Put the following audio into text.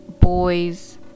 boys